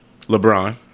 LeBron